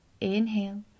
Inhale